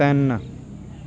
ਤਿੰਨ